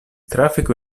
traffico